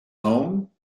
home